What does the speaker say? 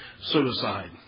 suicide